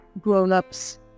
grown-ups